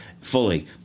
fully